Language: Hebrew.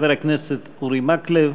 חבר הכנסת אורי מקלב.